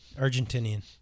Argentinian